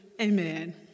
Amen